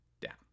down